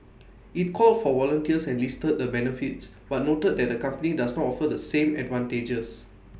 IT called for volunteers and listed the benefits but noted that the company does not offer the same advantages